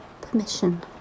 permission